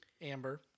Amber